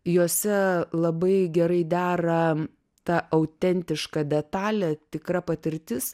juose labai gerai dera ta autentiška detalė tikra patirtis